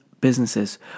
businesses